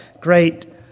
great